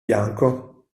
bianco